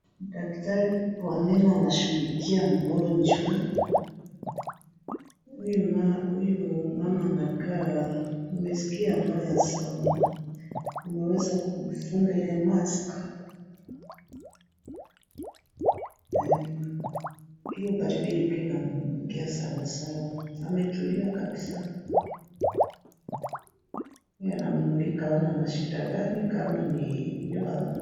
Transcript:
Daktari wa meno anashughulikia mgonjwa huyu. Mama anakaa amesikia mbaya sana, ameweza kufunga ile mask . Hio baridi ilikuwa inamuingia sawa sawa, ametulia kabisa. Huyu anammulika, aone ana shida gani kama ni jino ama.